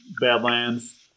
Badlands